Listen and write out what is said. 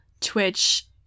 Twitch